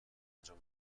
انجام